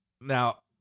now